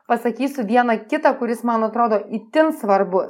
pasakysiu vieną kitą kuris man atrodo itin svarbu